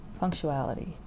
functionality